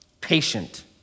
Patient